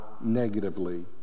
negatively